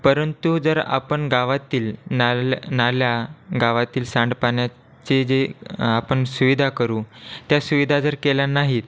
परंतु जर आपण गावातील नाल नाला गावातील सांडपाण्याचे जे आपण सुविधा करू त्या सुविधा जर केल्या नाहीत